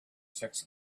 six